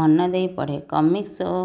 ମନ ଦେଇ ପଢ଼େ କମିକ୍ସ ଓ